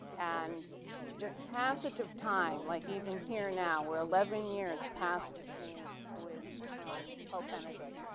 and this past sort of time like even here now, we're eleven years past this meeting with pope benedict.